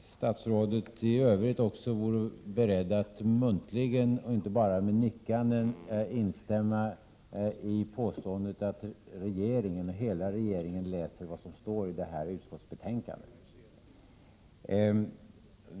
statsrådet också vore beredd att muntligen och inte bara med nickanden instämma i påståendet att hela regeringen läser vad som står i detta utskottsbetänkande.